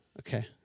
Okay